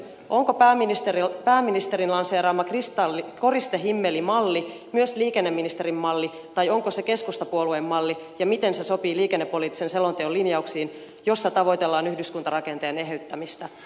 onko pääministerin lanseeraama koristehimmelimalli myös liikenneministerin malli tai onko se keskustapuolueen malli ja miten se sopii liikennepoliittisen selonteon linjauksiin joissa tavoitellaan yhdyskuntarakenteen eheyttämistä